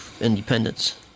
independence